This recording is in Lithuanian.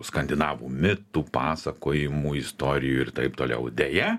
skandinavų mitų pasakojimų istorijų ir taip toliau deja